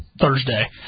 Thursday